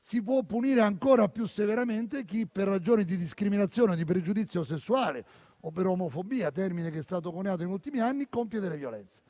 si può punire ancora più severamente chi per ragioni di discriminazione, di pregiudizio sessuale o per omofobia - termine che è stato coniato negli ultimi anni - compie delle violenze.